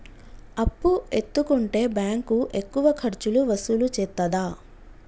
అప్పు ఎత్తుకుంటే బ్యాంకు ఎక్కువ ఖర్చులు వసూలు చేత్తదా?